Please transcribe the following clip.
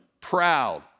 proud